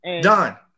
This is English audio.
done